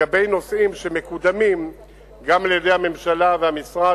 לגבי נושאים שמקודמים גם על-ידי הממשלה והמשרד,